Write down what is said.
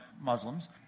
muslims